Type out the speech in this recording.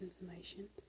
information